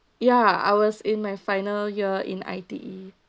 ya I was in my final year in I_T_E